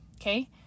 Okay